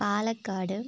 Palakkad